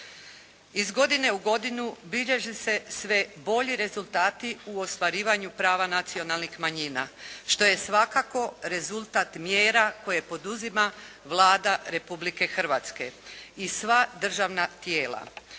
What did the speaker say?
Iz godine u godinu bilježe se sve bolji rezultati u ostvarivanju prava nacionalnih manjina što je svakako rezultat mjera koje poduzima Vlada Republike Hrvatske i sva državna tijela